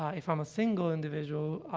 ah if i'm a single individual,